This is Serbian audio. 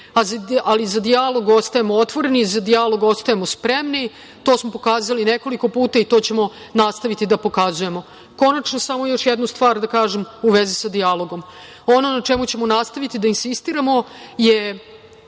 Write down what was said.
Srbije.Za dijalog ostajemo otvoreni, za dijalog ostajemo spremni. To smo pokazali nekoliko puta i to ćemo nastaviti da pokazujemo. Konačno, samo još jednu stvar da kažem u vezi sa dijalogom. Ono na čemu ćemo nastaviti da insistiramo je